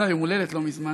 היה לה יום הולדת לא מזמן,